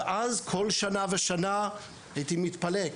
כל שנה ושנה הייתי מתפלא,